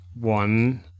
one